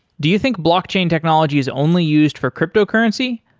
do you think blockchain technology is only used for cryptocurrency?